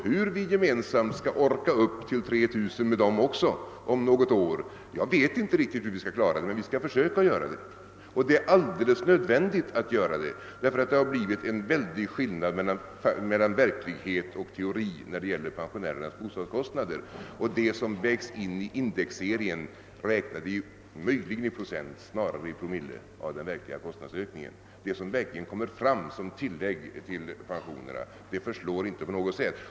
Hur vi gemensamt skall orka upp till 3 000 kronor med dem om något år vet jag inte riktigt, men vi skall försöka att klara det. Det är också alldeles nödvändigt, ty det har blivit väldiga skillnader mellan verklighet och teori när det gäller pensionärernas bostadskostnader. Det som vägs in i indexserien räknar vi möjligen i procent men snarare i promille av den verkliga kostnadsökningen. Det som verkligen kommer fram som tillägg till pensionärerna förslår inte på något sätt.